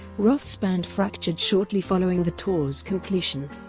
roth's band fractured shortly following the tour's completion.